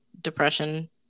depression